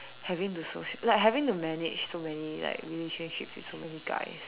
having to social like having to manage so many like relationships with so many guys